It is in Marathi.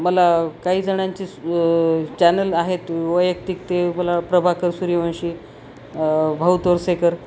मला काहीजणांचे चॅनल आहेत वैयक्तिक ते मला प्रभाकर सूर्यवंशी भाऊ तोरसेकर